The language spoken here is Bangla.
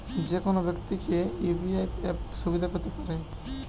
যেকোনো ব্যাক্তি কি ইউ.পি.আই অ্যাপ সুবিধা পেতে পারে?